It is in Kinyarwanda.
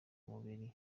mubiri